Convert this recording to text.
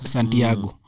Santiago